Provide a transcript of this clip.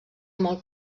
molt